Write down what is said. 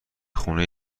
خونه